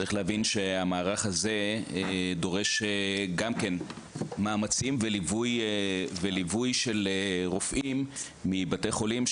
צריך להבין שהמערך הזה דורש גם מאמצים וליווי של רופאים מבתי חולים,